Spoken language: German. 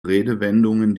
redewendungen